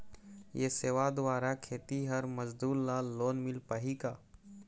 ये सेवा द्वारा खेतीहर मजदूर ला लोन मिल पाही का?